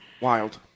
Wild